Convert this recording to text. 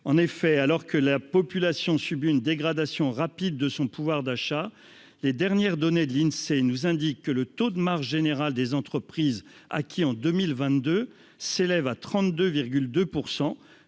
en effet alors que la population subit une dégradation rapide de son pouvoir d'achat, les dernières données de l'Insee nous indique que le taux de marge générale des entreprises à qui, en 2022 s'élève à 32 2